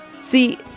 See